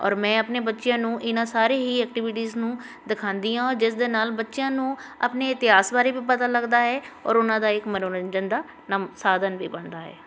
ਔਰ ਮੈਂ ਆਪਣੇ ਬੱਚਿਆਂ ਨੂੰ ਇਹਨਾਂ ਸਾਰੇ ਹੀ ਐਕਟੀਵਿਟੀਜ਼ ਨੂੰ ਦਿਖਾਉਂਦੀ ਆ ਔਰ ਜਿਸ ਦੇ ਨਾਲ ਬੱਚਿਆਂ ਨੂੰ ਆਪਣੇ ਇਤਿਹਾਸ ਬਾਰੇ ਵੀ ਪਤਾ ਲੱਗਦਾ ਹੈ ਔਰ ਉਹਨਾਂ ਦਾ ਇੱਕ ਮਨੋਰੰਜਨ ਦਾ ਨਮ ਸਾਧਨ ਵੀ ਬਣਦਾ ਹੈ